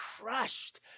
crushed